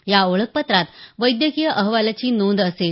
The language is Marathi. या ओळखपत्रात वैद्यकीय अहवालाची नोंद असेल